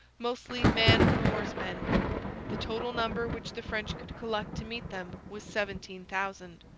mostly man-of-war's-men. the total number which the french could collect to meet them was seventeen thousand.